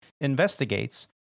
Investigates